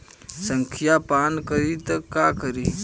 संखिया पान करी त का करी?